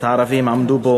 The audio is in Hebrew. הערבים עמדו פה